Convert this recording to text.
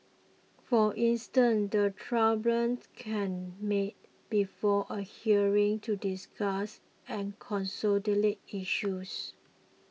for instance the tribunal can meet before a hearing to discuss and consolidate issues